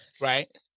Right